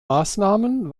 maßnahmen